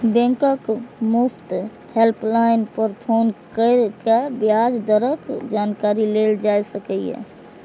बैंकक मुफ्त हेल्पलाइन पर फोन कैर के ब्याज दरक जानकारी लेल जा सकैए